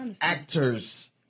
actors